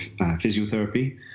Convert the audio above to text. physiotherapy